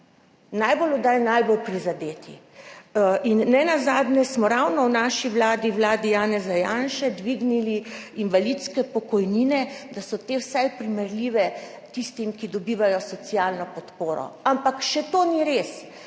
najbolj oddaljeni, najbolj prizadeti. Nenazadnje smo ravno v naši vladi, vladi Janeza Janše, dvignili invalidske pokojnine, da so te vsaj primerljive tistim, ki dobivajo socialno podporo, ampak še to ni res,